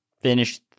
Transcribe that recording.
Finish